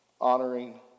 honoring